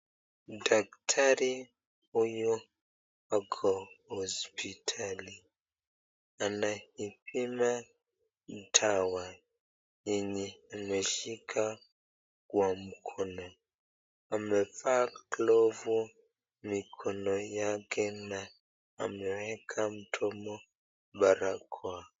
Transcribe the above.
Daktari huyu ako hospitali ,anaipima dawa yenye ameshika kwa mkono. Amevaa glovu mikono yake na ameweka mdomo barakoa.